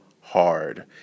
hard